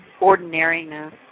ordinariness